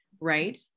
right